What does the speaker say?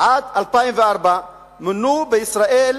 עד 2004 מונו בישראל